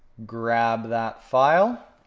grab that file.